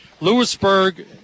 Lewisburg